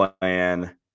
plan